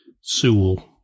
Sewell